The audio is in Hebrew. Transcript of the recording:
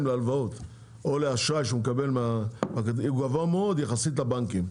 להלוואות או לאשראי שהוא מקבל הוא גבוה מאוד יחסית לבנקים.